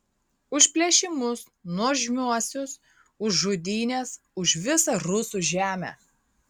už plėšimus nuožmiuosius už žudynes už visą rusų žemę